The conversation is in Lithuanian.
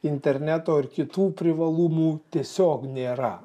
interneto ir kitų privalumų tiesiog nėra